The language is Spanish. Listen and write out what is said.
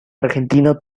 argentino